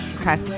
okay